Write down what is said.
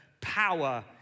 power